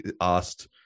asked